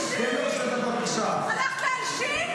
זה לדרוש ממך להפסיק את האפליה הזאת של חברי האופוזיציה.